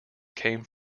came